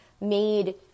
made